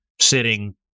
sitting